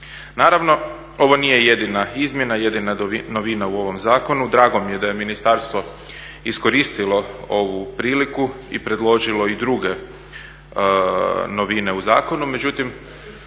Naravno ovo nije jedina izmjena, jedina novina u ovom zakonu. Drago mi je da je ministarstvo iskoristilo ovu priliku i predložilo i druge novine u zakonu,